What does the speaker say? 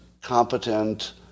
competent